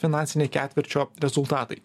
finansiniai ketvirčio rezultatai